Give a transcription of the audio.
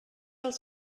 els